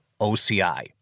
OCI